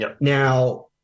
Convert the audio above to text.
Now